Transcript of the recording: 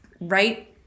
right